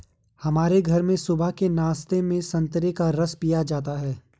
हमारे घर में सुबह के नाश्ते में संतरे का रस पिया जाता है